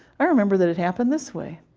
i remember that it happened this way,